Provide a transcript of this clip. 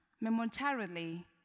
momentarily